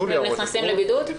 הם נכנסים לבידוד?